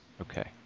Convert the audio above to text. Okay